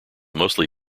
mostly